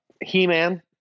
He-Man